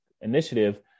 initiative